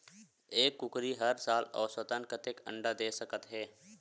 एक कुकरी हर साल औसतन कतेक अंडा दे सकत हे?